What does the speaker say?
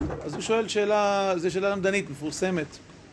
אז הוא שואל שאלה, זה שאלה למדנית, מפורסמת.